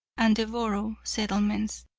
and the borough settlements,